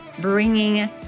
bringing